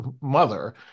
mother